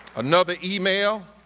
another email,